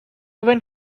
went